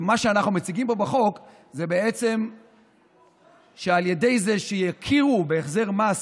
ומה שאנחנו מציגים פה בחוק זה בעצם שעל ידי כך שיכירו בהחזר מס